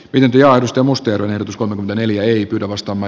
vihjailusta mustia reilut kolme neljä eli vastaava